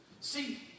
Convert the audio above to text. See